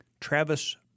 Travis